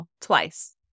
Twice